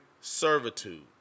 servitude